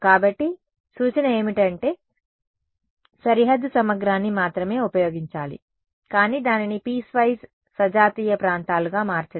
కాబట్టి అవును సూచన ఏమిటంటే సరిహద్దు సమగ్రాన్ని మాత్రమే ఉపయోగించాలి కానీ దానిని పీస్వైస్ సజాతీయ ప్రాంతాలుగా మార్చడం